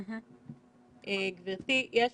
גברתי, יש